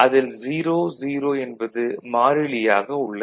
அதில் 0 0 என்பது மாறிலியாக உள்ளது